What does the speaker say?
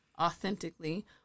authentically